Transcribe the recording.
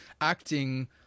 acting